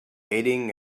aiding